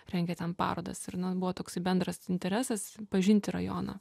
rengia ten parodas ir na buvo toksai bendras interesas pažinti rajoną